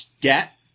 get